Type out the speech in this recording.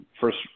first